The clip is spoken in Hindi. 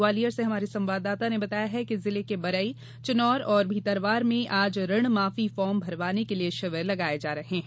ग्वालियर से हमारे संवाददाता ने बताया है कि जिले के बरई चीनोर और भीतरवार में आज ऋणमाफी फार्म भरवाने के लिए शिविर लगाये जा रहे हैं